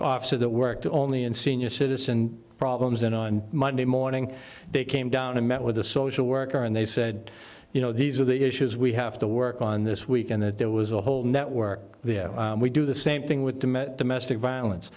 officer that worked only in senior citizen problems then on monday morning they came down and met with a social worker and they said you know these are the issues we have to work on this week and that there was a whole network the we do the same thing with domestic violence